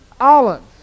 Olives